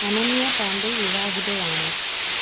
Ananya Pandey വിവാഹിതയാണോ